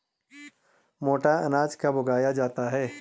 मोटा अनाज कब उगाया जाता है?